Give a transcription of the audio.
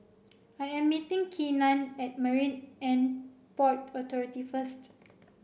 I am meeting Keenan at Marine And Port Authority first